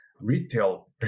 Retail